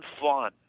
fun